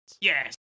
Yes